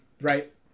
right